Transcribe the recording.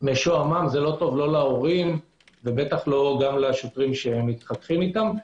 משועמם זה לא טוב לא להורים וגם לא לשוטרים שמתחככים אתם.